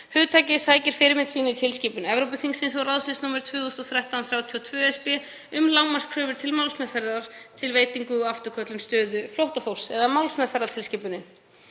Hugtakið sækir fyrirmynd sína í tilskipun Evrópuþingsins og ráðsins nr. 2013/32/ESB, um lágmarkskröfur til málsmeðferðar við veitingu og afturköllun stöðu flóttafólks, eða málsmeðferðartilskipunina.